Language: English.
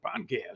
Podcast